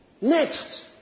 Next